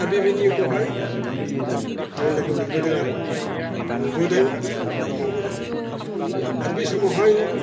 दा बेबायदिखौहाय आं लोगो मोनबोदों आरो नुबोदों आरो मावबोदों आरो बे समावहाय